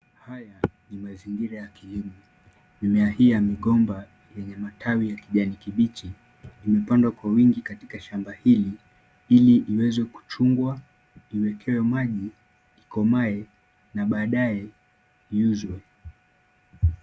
Haya ni mazingira ya kilimo. Mimea hii ya migomba yenye matawi ya kijani kibichi imepandwa kwa wingi katika shamba hili ili iweze kuchungwa, iwekewe maji, ikomae na baadae iuzwe.